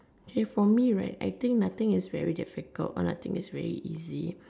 okay for me right I think nothing is very difficult or nothing is really easy